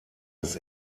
des